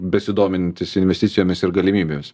besidomintis investicijomis ir galimybės